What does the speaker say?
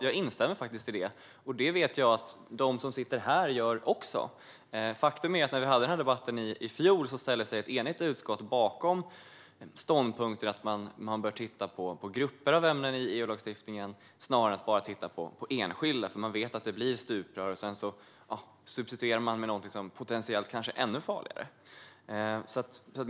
Jag instämmer faktiskt i det, och det vet jag att de som sitter här i kammaren också gör. Faktum är att när vi debatterade detta i fjol ställde sig ett enigt utskott bakom ståndpunkten att det bör tittas på grupper av ämnen i EU-lagstiftningen snarare än på enskilda ämnen. Vi vet att det blir stuprör, och så substituerar man med något som kanske är potentiellt ännu farligare.